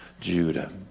judah